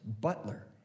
Butler